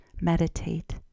meditate